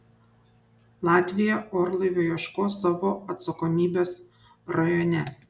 latvija orlaivio ieškos savo atsakomybės rajone